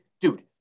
dude